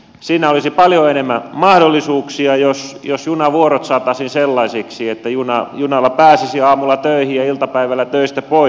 siinä olisi paljon enemmän mahdollisuuksia jos junavuorot saataisiin sellaisiksi että junalla pääsisi aamulla töihin ja iltapäivällä töistä pois